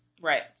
Right